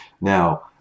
Now